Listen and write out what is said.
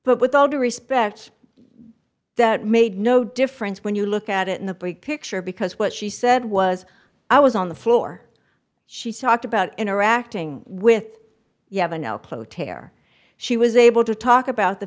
but with all due respect that made no difference when you look at it in the big picture because what she said was i was on the floor she talked about interacting with you have a no clo tear she was able to talk about the